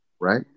right